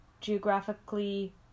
geographically